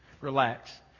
relax